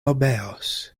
obeos